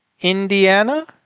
Indiana